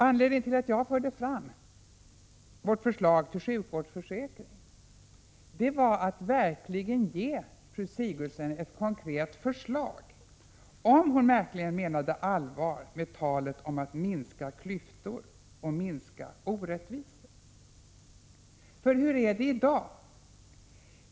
Anledningen till att jag förde fram vårt förslag till sjukvårdsförsäkring var att verkligen ge fru Sigurdsen ett konkret förslag, om hon menade allvar med talet om att minska klyftor och orättvisor. Hur är det i dag?